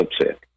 upset